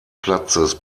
platzes